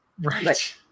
right